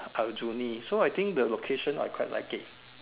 Aljunied so I think the location I quite like it